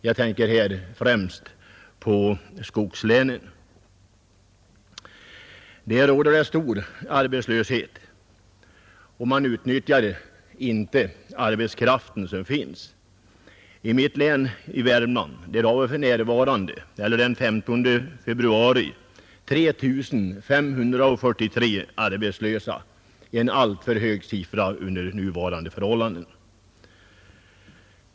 Jag tänker härvidlag främst på skogslänen. Där råder stor arbetslöshet och man utnyttjar inte den arbetskraft som finns. I mitt hemlän — Värmlands län — hade vi den 15 februari i år 3 543 arbetslösa. Det är en alltför hög siffra under nuvarande förhållanden.